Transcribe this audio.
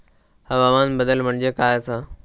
हवामान बदल म्हणजे काय आसा?